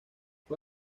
fue